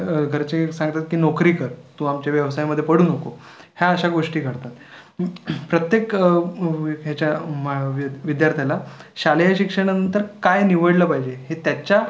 घरचे सांगतात की नोकरी कर तू आमच्या व्यवसायामध्ये पडू नको ह्या अशा गोष्टी घडतात प्रत्येक ह्याच्या मा विद विद्यार्थ्याला शालेय शिक्षणानंतर काय निवडलं पाहिजे हे त्याच्या